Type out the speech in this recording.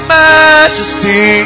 majesty